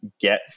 get